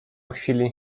chwili